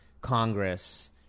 Congress